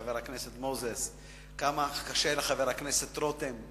חבר הכנסת מוזס, כמה קשה לחבר הכנסת רותם.